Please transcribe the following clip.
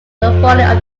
discover